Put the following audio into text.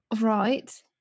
Right